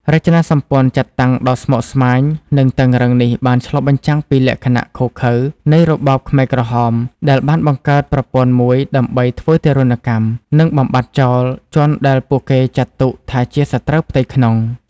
រចនាសម្ព័ន្ធចាត់តាំងដ៏ស្មុគស្មាញ និងតឹងរ៉ឹងនេះបានឆ្លុះបញ្ចាំងពីលក្ខណៈឃោរឃៅនៃរបបខ្មែរក្រហម ដែលបានបង្កើតប្រព័ន្ធមួយដើម្បីធ្វើទារុណកម្ម និងបំបាត់បំបាត់ចោលជនដែលពួកគេចាត់ទុកថាជាសត្រូវផ្ទៃក្នុង។